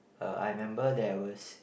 uh I remember there was